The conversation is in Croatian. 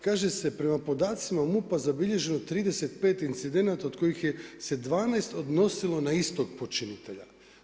Kaže se „prema podacima MUP-a zabilježeno je 35 incidenata od kojih se 12 odnosilo na istog počinitelja.